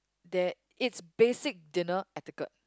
there it's basic dinner etiquette